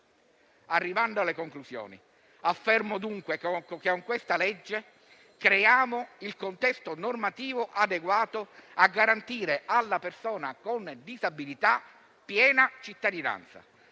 Arrivando alle conclusioni, affermo dunque che con il disegno di legge in esame creiamo il contesto normativo adeguato a garantire alla persona con disabilità piena cittadinanza,